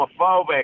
homophobic